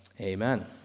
amen